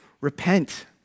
repent